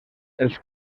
els